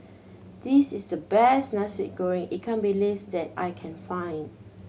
this is the best Nasi Goreng ikan bilis that I can find